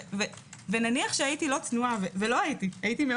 ונניח שהייתי לא צנועה והייתי מאוד